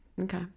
Okay